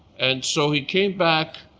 and so he came back.